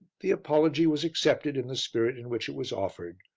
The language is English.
the apology was accepted in the spirit in which it was offered,